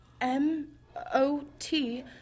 M-O-T